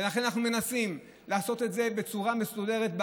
ולכן אנחנו מנסים לעשות את זה בצורה מסודרת,